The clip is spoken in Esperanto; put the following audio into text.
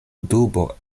dubo